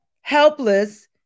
Helpless